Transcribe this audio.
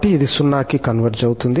కాబట్టి ఇది 0 కి కన్వర్జ్ అవుతుంది